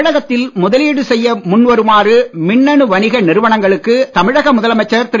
தமிழகத்தில் முதலீடு செய்ய முன்வருமாறு மின்னணு வணிக நிறுவனங்களுக்கு தமிழக முதலமைச்சர் திரு